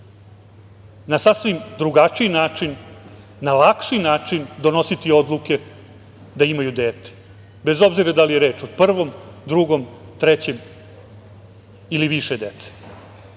na sasvim drugačiji, na lakši način donositi odluke da imaju dete, bez obzira da li je reč o prvom, drugom, trećem ili više dece.